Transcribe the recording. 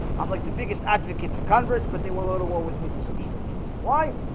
i'm like the biggest advocates for converts but they will go to war with me for some strange reason why?